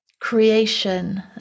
creation